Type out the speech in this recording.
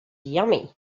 yummy